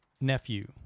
nephew